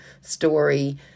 story